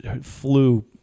flew